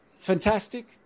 Fantastic